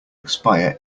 expire